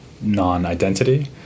non-identity